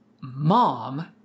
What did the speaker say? mom